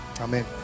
Amen